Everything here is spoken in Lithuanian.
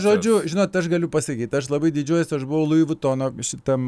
žodžiu žinot aš galiu pasakyt aš labai didžiuojuosi aš buvau lui vitono šitam